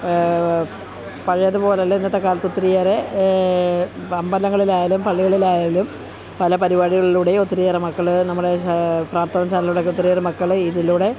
പഴയതുപോലെ അല്ല ഇന്നത്തെ കാലത്ത് ഒത്തിരിയേറെ അമ്പലങ്ങളിലായാലും പള്ളികളിലായാലും പല പരിപാടികളിലൂടെ ഒത്തിരിയേറെ മക്കൾ നമ്മുടെ വാർത്താ ചാനലിലൂടെ ഒത്തിരിയേറെ മക്കൾ ഇതിലൂടെ